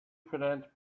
friend